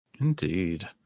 Indeed